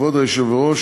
כבוד היושב-ראש,